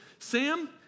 Sam